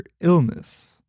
illness